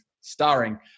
starring